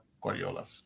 Guardiola